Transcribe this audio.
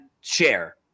share